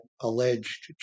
alleged